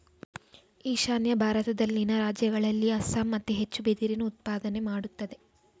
ಈಶಾನ್ಯ ಭಾರತದಲ್ಲಿನ ರಾಜ್ಯಗಳಲ್ಲಿ ಅಸ್ಸಾಂ ಅತಿ ಹೆಚ್ಚು ಬಿದಿರಿನ ಉತ್ಪಾದನೆ ಮಾಡತ್ತದೆ